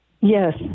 yes